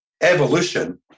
evolution